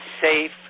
safe